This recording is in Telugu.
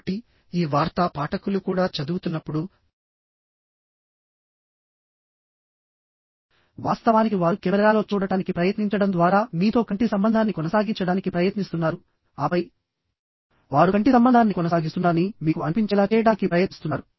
కాబట్టి ఈ వార్తా పాఠకులు కూడా చదువుతున్నప్పుడువాస్తవానికి వారు కెమెరాలో చూడటానికి ప్రయత్నించడం ద్వారా మీతో కంటి సంబంధాన్ని కొనసాగించడానికి ప్రయత్నిస్తున్నారుఆపై వారు కంటి సంబంధాన్ని కొనసాగిస్తున్నారని మీకు అనిపించేలా చేయడానికి ప్రయత్నిస్తున్నారు